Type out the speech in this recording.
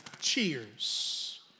Cheers